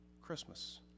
Christmas